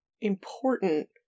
important